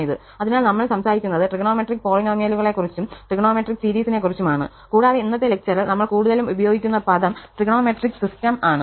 അതിനാൽ നമ്മൾ സംസാരിക്കുന്നത് ട്രിഗണോമെട്രിക് പോളിനോമിയലുകളെക്കുറിച്ചും ട്രിഗണോമെട്രിക് സീരീസിനെക്കുറിച്ചുമാണ് കൂടാതെ ഇന്നത്തെ ലെക്ചറിൽ നമ്മൾ കൂടുതലും ഉപയോഗിക്കുന്ന പദം ട്രിഗണോമെട്രിക് സിസ്റ്റം ആണ്